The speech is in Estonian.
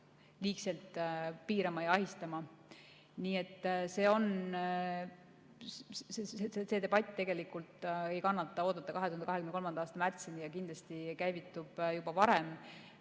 liigselt piirama ja ahistama. Nii et selle debatiga tegelikult ei kannata oodata 2023. aasta märtsini ja see kindlasti käivitub juba varem.